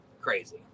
crazy